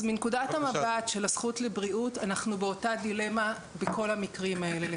אז מנקודת המבט של הזכות לבריאות אנחנו באותה דילמה בכל המקרים האלה,